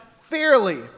fairly